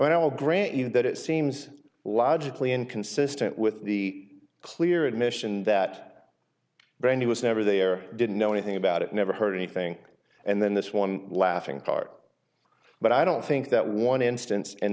and i will grant you that it seems logically inconsistent with the clear admission that brandy was never there didn't know anything about it never heard anything and then this one laughing part but i don't think that one instance